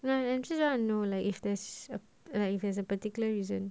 you know and she's you know like if there's a like if it's a particular reason